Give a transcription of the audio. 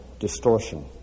distortion